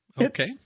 Okay